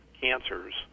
cancers